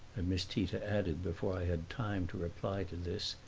and miss tita added, before i had time to reply to this,